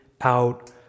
out